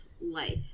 Life